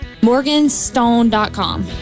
Morganstone.com